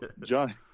Johnny